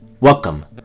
Welcome